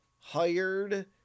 hired